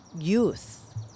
youth